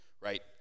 right